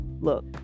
look